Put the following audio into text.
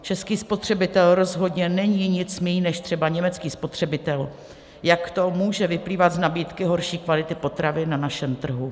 Český spotřebitel rozhodně není nic míň než třeba německý spotřebitel, jak to může vyplývat z nabídky horší kvality potravin na našem trhu.